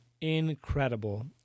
incredible